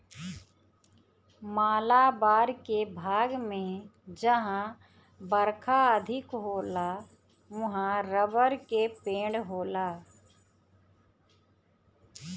मालाबार के भाग में जहां बरखा अधिका होला उहाँ रबड़ के पेड़ होला